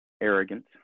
arrogant